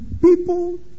people